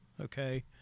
okay